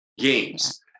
games